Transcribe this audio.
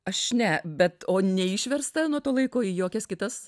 aš ne bet o neišversta nuo to laiko į jokias kitas